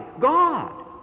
God